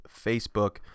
Facebook